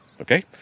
okay